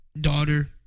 daughter